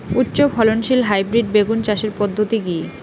উচ্চ ফলনশীল হাইব্রিড বেগুন চাষের পদ্ধতি কী?